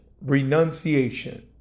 Renunciation